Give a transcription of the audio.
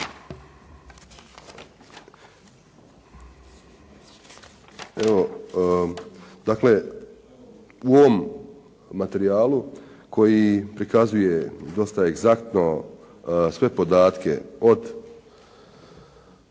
Dakle, u ovom materijalu koji prikazuje dosta egzaktno sve podatke, od